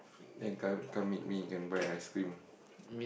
then come come meet me can buy ice-cream